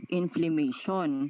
inflammation